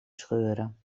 scheuren